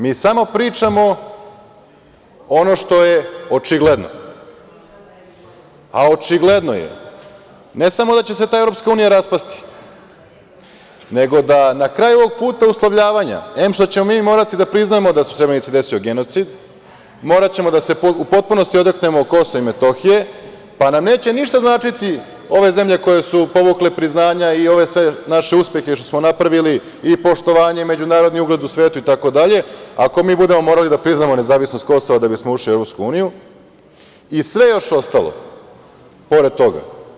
Mi samo pričamo ono što je očigledno, a očigledno je, ne samo da će se ta EU raspasti, nego da na kraju ovog puta uslovljavanja, em što ćemo mi morati da priznamo da se u Srebrenici desio genocid, moraćemo da se u potpunosti odreknemo KiM, pa nam neće ništa značiti ove zemlje koje su povukle priznanja i ove sve naše uspehe što smo napravili i poštovanje i međunarodni ugled u svetu itd, ako mi budemo morali da priznamo nezavisnost Kosova da bi smo ušli u EU, i sve još ostalo pored toga.